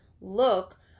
look